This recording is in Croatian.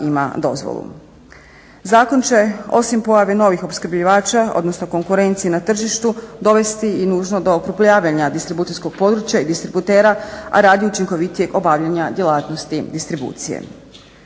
ima dozvolu. Zakon će osim pojave novih opskrbljivača, odnosno konkurencije na tržištu dovesti i nužno do okrupljavanja distribucijskog područja i distributera, a radi učinkovitijeg obavljanja djelatnosti distribucije.